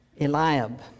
Eliab